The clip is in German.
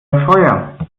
feuer